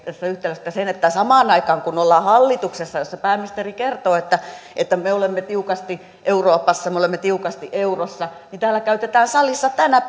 tässä yhtälössä on se että samaan aikaan kun ollaan hallituksessa jossa pääministeri kertoo että että me olemme tiukasti euroopassa me olemme tiukasti eurossa niin täällä salissa käytetään tänä